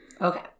Okay